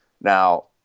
Now